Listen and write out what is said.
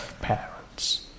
parents